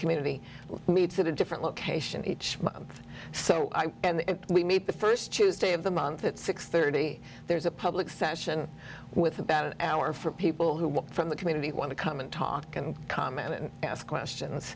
community meets at a different location each month or so and we meet the first tuesday of the month at six thirty there's a public session with about an hour for people who want from the community want to come and talk and comment and ask questions